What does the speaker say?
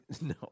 No